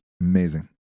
Amazing